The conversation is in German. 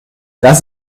das